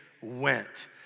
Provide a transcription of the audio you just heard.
went